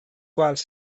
quals